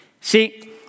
See